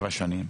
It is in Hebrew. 7 שנים,